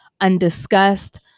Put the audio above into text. undiscussed